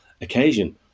occasion